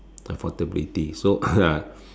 affordability so uh